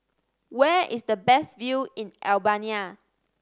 where is the best view in Albania